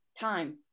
time